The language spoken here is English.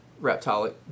reptile